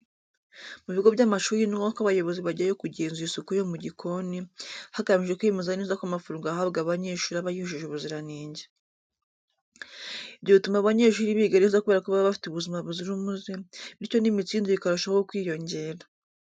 Mu bigo by'amashuri ni ngombwa ko abayobozi bajyayo kugenzura isuku yo mu gikoni, hagamijwe kwemeza neza ko amafunguro ahabwa abanyeshuri aba yujuje ubuziranenge. Ibyo bituma abanyeshuri biga neza kubera ko baba bafite ubuzima buzira umuze, bityo n'imitsindire ikarushaho kwiyongera.